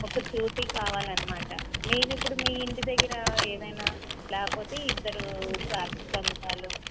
ఒక షూరిటీ కావాలి అనమాట మీరు ఇప్పుడు మీ ఇంటి దగ్గర ఏదైనా లేకపోతే ఇద్దరు సాక్షి సంతకాలు